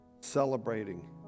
celebrating